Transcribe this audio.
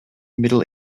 middle